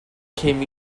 came